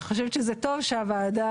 שייצא נייר של משרד הגנת הסביבה הישראלי